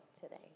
today